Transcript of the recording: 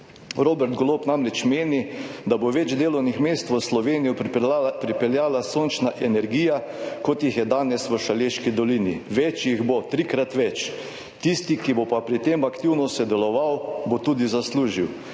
»Robert Golob namreč meni, da bo več delovnih mest v Slovenijo pripeljala sončna energija, kot jih je danes v Šaleški dolini, več jih bo, trikrat več. Tisti, ki bo pa pri tem aktivno sodeloval, bo tudi zaslužil.